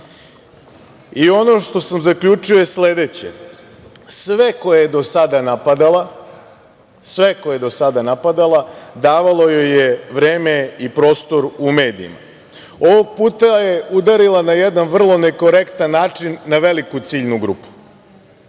I ono što sam zaključio je sledeće. Sve koje je do sada napadala, davalo joj je vreme i prostor u medijima. Ovog puta je udarila na jedan vrlo nekorektan način na veliku ciljnu